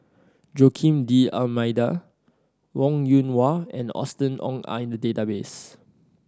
Joaquim D'Almeida Wong Yoon Wah and Austen Ong are in the database